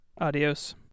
Adios